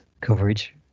coverage